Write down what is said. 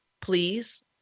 please